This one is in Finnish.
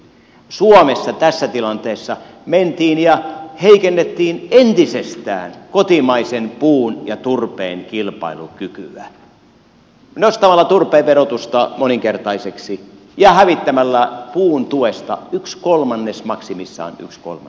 suomessa tässä tilanteessa mentiin ja heikennettiin entisestään kotimaisen puun ja turpeen kilpailukykyä nostamalla turpeen verotusta moninkertaiseksi ja hävittämällä puun tuesta maksimissaan yksi kolmannes pois